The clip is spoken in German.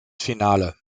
finale